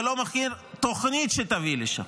ולא מכיר תוכנית שתביא לשם.